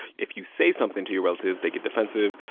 if you say something to your relatives, they get defensive.